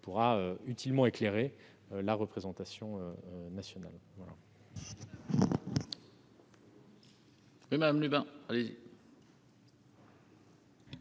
pourra utilement éclairer la représentation nationale.